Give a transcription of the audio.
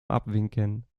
abwinken